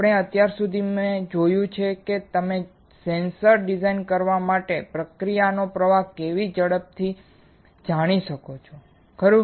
આપણે અત્યાર સુધી જે જોયું છે તે એ છે કે તમે સેન્સર ડિઝાઇન કરવા માટેની પ્રક્રિયાનો પ્રવાહ કેવી રીતે ઝડપથી જાણી શકો છો ખરું